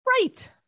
Right